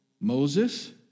Moses